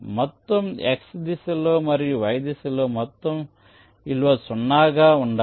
మొత్తం x దిశలో మరియు y దిశలో మొత్తం విలువ 0 గా ఉండాలి